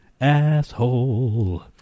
Asshole